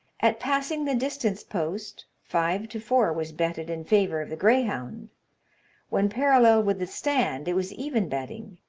at passing the distance-post, five to four was betted in favour of the greyhound when parallel with the stand, it was even betting,